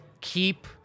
keep